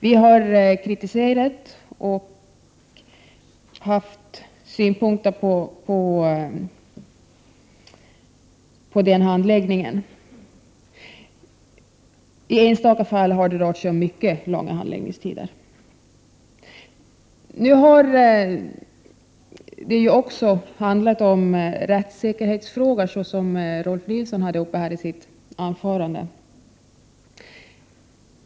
Vi har kritiserat och haft synpunkter på denna handläggning. I enstaka fall har det rört sig om mycket långa handläggningstider. Debatten har också handlat om rättssäkerhetsfrågor. Detta tog Rolf L Nilson upp i sitt anförande.